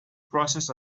process